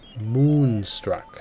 Moonstruck